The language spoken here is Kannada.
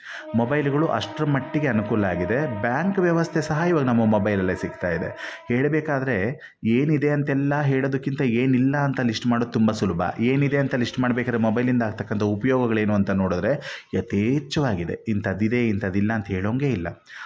ಮೊಬೈಲ್ಗಳು ಅಷ್ಟರ ಮಟ್ಟಿಗೆ ಅನುಕೂಲ ಆಗಿದೆ ಬ್ಯಾಂಕ್ ವ್ಯವಸ್ಥೆ ಸಹ ಈವಾಗ ಮೊಬೈಲಲ್ಲೇ ಸಿಗ್ತಾಯಿದೆ ಹೇಳ್ಬೇಕಾದ್ರೆ ಏನಿದೆ ಅಂತೆಲ್ಲ ಹೇಳೋದಕ್ಕಿಂತ ಏನಿಲ್ಲ ಅಂತ ಲಿಶ್ಟ್ ಮಾಡೋದು ತುಂಬ ಸುಲಭ ಏನಿದೆ ಅಂತ ಲಿಶ್ಟ್ ಮಾಡ್ಬೇಕಾದ್ರೆ ಮೊಬೈಲ್ಲಿಂದ ಆಗತಕ್ಕಂಥದ್ದು ಉಪಯೋಗಗಳು ಏನು ಅಂತ ನೋಡಿದರೆ ಯಥೇಚ್ಛವಾಗಿದೆ ಇಂಥದ್ದಿದೆ ಇಂಥದ್ದಿಲ್ಲ ಅಂತ ಹೇಳೋಂಗೆ ಇಲ್ಲ